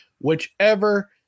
whichever